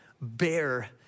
bear